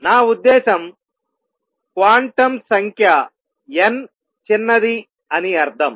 నా ఉద్దేశం క్వాంటం సంఖ్య n చిన్నది అని అర్థం